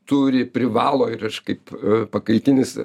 turi privalo ir aš kaip pakaitinis